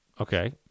Okay